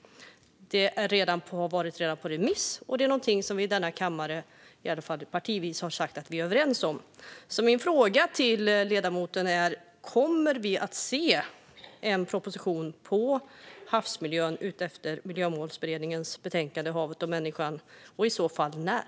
Det har redan på varit ute på remiss och är något som vi i denna kammare, i alla fall partivis, har sagt att vi är överens om. Min fråga till ledamoten är därför: Kommer vi att få se en proposition om havsmiljön utifrån Miljömålsberedningens betänkande Havet och människan och i så fall när?